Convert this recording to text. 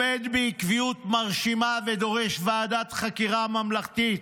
בעקביות מרשימה, ודורש ועדת חקירה ממלכתית,